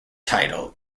title